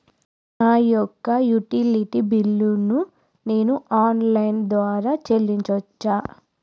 నా యొక్క utility bill ను నేను ఆన్ లైన్ ద్వారా చెల్లించొచ్చా?